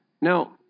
Now